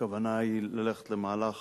כשהכוונה היא ללכת למהלך